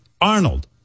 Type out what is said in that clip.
Arnold